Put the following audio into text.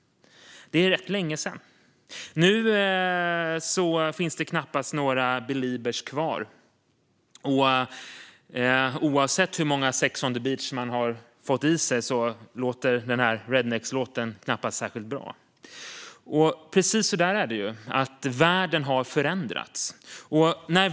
Det är rätt länge sedan. Nu finns det knappt några Beliebers kvar, och oavsett hur många Sex on the beach man har fått i sig låter Rednexlåten knappast särskilt bra. Precis så är det: Världen har förändrats.